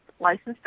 licensed